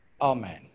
Amen